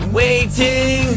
waiting